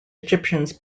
egyptians